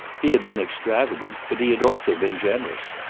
he had been extravagant, but he had also been generous.